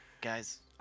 guys